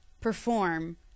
perform